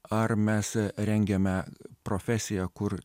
ar mes rengiame profesiją kur